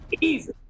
Easy